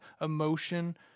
emotion